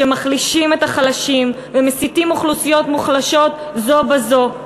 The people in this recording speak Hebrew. שמחלישים את החלשים ומסיתים אוכלוסיות מוחלשות זו כנגד זו.